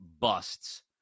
busts